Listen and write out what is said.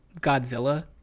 Godzilla